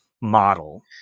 model